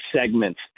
segments